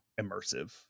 immersive